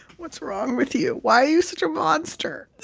what's wrong with you? why are you such a monster?